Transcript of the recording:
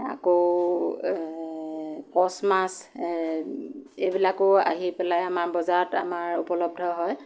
আকৌ কচ মাছ এইবিলাকো আহি পেলাই আমাৰ বজাৰত আমাৰ উপলব্ধ হয়